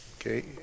Okay